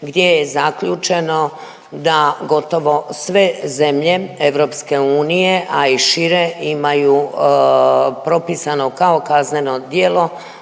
gdje je zaključeno da gotovo sve zemlje Europske unije, a i šire imaju propisano kao kazneno djelo